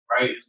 right